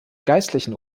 geistlichen